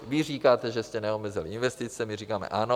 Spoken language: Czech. Vy říkáte, že jste neomezili investice, my říkáme ano.